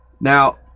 Now